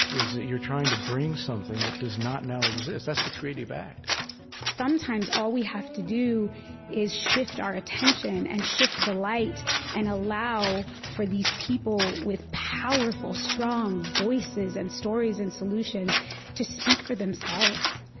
is that you're trying to bring something that does not now exist. that's the creative act sometimes, all we have to do is shift our attention and shift the light and allow for these people with powerful, strong voices and stories and solutions to speak for themselves.